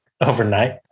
overnight